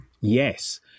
Yes